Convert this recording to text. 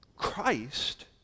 Christ